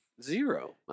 Zero